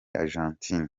argentine